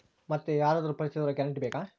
ಮತ್ತೆ ಯಾರಾದರೂ ಪರಿಚಯದವರ ಗ್ಯಾರಂಟಿ ಬೇಕಾ?